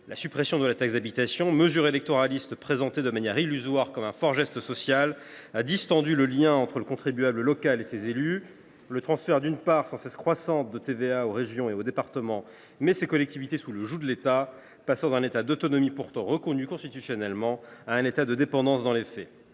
La suppression de la taxe d’habitation, mesure électoraliste présentée de manière illusoire comme un geste social fort, a distendu le lien entre le contribuable local et ses élus. Le transfert d’une part sans cesse croissante de la TVA aux régions et aux départements place ces collectivités sous le joug de l’État, les faisant passer d’un état d’autonomie pourtant reconnu constitutionnellement à un état de dépendance dans les faits.